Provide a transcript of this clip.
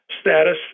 status